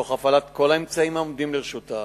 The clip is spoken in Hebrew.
תוך הפעלת כל האמצעים העומדים לרשותה